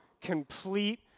complete